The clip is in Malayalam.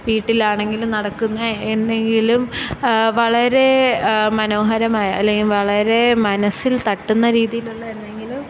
വീട്ടിലാണെങ്കിലും നടക്കുന്ന എന്തെങ്കിലും വളരെ മനോഹരമായ അല്ലെങ്കിൽ വളരേ മനസ്സിൽ തട്ടുന്ന രീതിയിൽ ഉള്ള എന്തെങ്കിലും